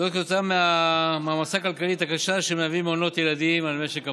זאת כתוצאה מהמעמסה הכלכלית הקשה שמהווים מעונות ילדים על משק הבית.